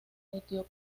mencionan